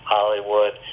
Hollywood